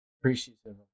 appreciative